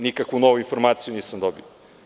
Nikakvu novu informaciju nisam dobio.